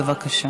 בבקשה.